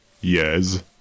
Yes